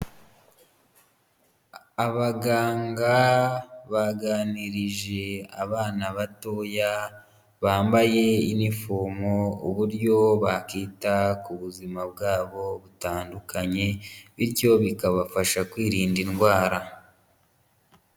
Abaganga baganirije abana batoya bambaye inifomo uburyo bakita ku buzima bwabo butandukanye bityo bikabafasha kwirinda indwara.